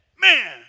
Man